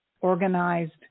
organized